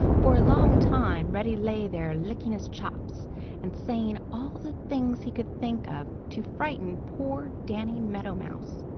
for a long time reddy lay there licking his chops and saying all the things he could think of to frighten poor danny meadow mouse.